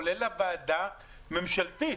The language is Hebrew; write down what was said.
כולל הוועדה הממשלתית.